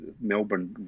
Melbourne